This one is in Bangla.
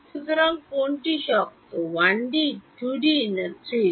সুতরাং কোনটি শক্ত 1D 2D 3D